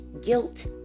guilt